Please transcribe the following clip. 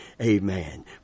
amen